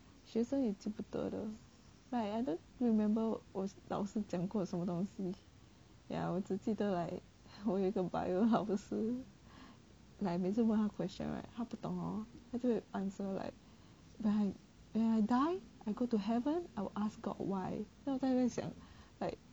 学生也记不得 like I don't remember 我老师讲过什么东西 ya 我只记得 like 我有一个 bio 老师 like 每次我问他 question right 他不懂哦他就 answer like when I die I go to heaven I will ask god why then 我在那边想